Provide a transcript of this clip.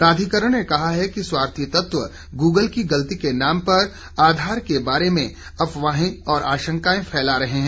प्राधिकरण ने कहा है कि स्वार्थी तत्व गूगल की गलती के नाम पर आधार के बारे में अफवाहें और आशंकाएं फैला रहे हैं